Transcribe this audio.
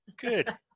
good